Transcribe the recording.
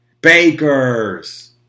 Baker's